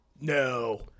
no